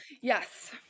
Yes